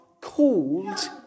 called